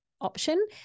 Option